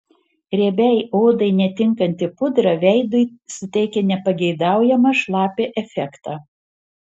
riebiai odai netinkanti pudra veidui suteikia nepageidaujamą šlapią efektą